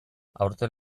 aurten